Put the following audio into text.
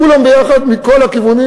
כולם ביחד מכל הכיוונים,